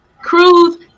Cruise